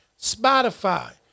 Spotify